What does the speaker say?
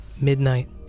Midnight